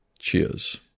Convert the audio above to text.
cheers